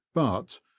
but,